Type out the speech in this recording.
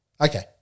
Okay